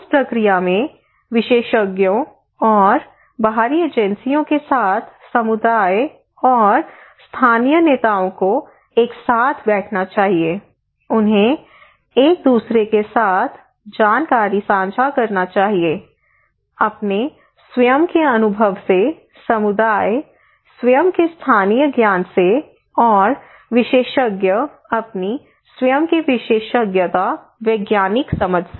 उस प्रक्रिया में विशेषज्ञों और बाहरी एजेंसियों के साथ समुदाय और स्थानीय नेताओं को एक साथ बैठना चाहिए उन्हें एक दूसरे के साथ जानकारी साझा करना चाहिए अपने स्वयं के अनुभव से समुदाय स्वयं के स्थानीय ज्ञान से और विशेषज्ञ अपनी स्वयं की विशेषज्ञता वैज्ञानिक समझ से